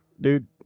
Dude